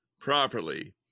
properly